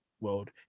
world